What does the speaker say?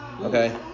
Okay